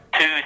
two